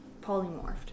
Polymorphed